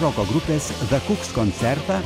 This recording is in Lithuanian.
roko grupės the kooks koncertą